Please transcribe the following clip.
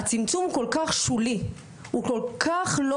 הצמצום כל כך שולי.